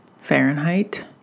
Fahrenheit